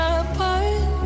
apart